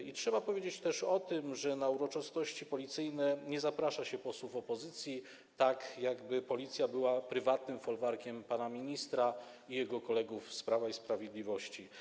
I trzeba powiedzieć też o tym, że na uroczystości policyjne nie zaprasza się posłów opozycji, tak jakby Policja była prywatnym folwarkiem pana ministra i jego kolegów z Prawa i Sprawiedliwości.